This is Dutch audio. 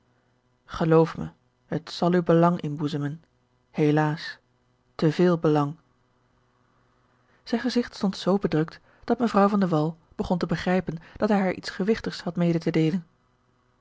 geloof mij het zal u belang inboezemen helaas te veel belang zijn gezigt stond zoo bedrukt dat mevrouw van de wall begon te begrijpen dat hij haar iets gewigtigs had mede te deelen